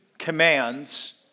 commands